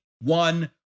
one